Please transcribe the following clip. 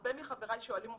הרבה מחבריי שואלים אותי,